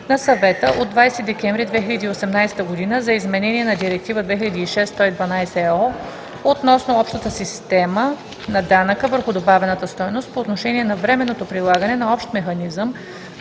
на Съвета от 20 декември 2018 година за изменение на Директива 2006/112/ ЕО относно общата система на данъка върху добавената стойност по отношение на временното прилагане на общ механизъм